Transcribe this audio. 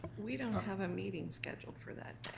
we don't have a meeting scheduled for that